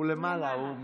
הוא למעלה, הוא מהמבודדים.